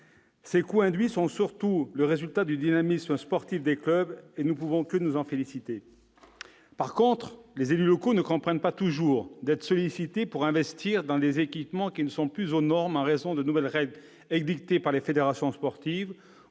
Ces coûts induits sont surtout le résultat du dynamisme sportif des clubs, ce dont nous ne pouvons que nous féliciter. Toutefois, les élus locaux ne comprennent pas toujours d'être sollicités pour investir dans des équipements qui ne sont plus aux normes en raison de nouvelles règles édictées par les fédérations sportives